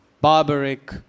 barbaric